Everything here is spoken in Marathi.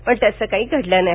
पण तसं काही घडलं नाही